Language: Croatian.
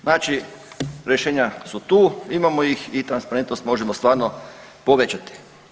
Znači rješenja su tu, imamo ih i transparentnost možemo stvarno povećati.